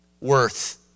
Worth